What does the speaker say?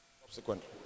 subsequently